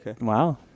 Wow